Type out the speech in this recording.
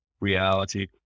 reality